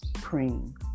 cream